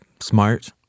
Smart